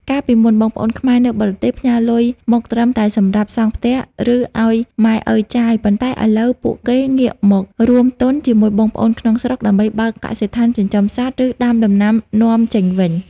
កាលពីមុន បងប្អូនខ្មែរនៅបរទេសផ្ញើលុយមកត្រឹមតែសម្រាប់សង់ផ្ទះ ឬឱ្យម៉ែឪចាយ ប៉ុន្តែឥឡូវពួកគាត់ងាកមក "រួមទុនជាមួយបងប្អូនក្នុងស្រុក" ដើម្បីបើកកសិដ្ឋានចិញ្ចឹមសត្វ ឬដាំដំណាំនាំចេញវិញ។